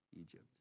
Egypt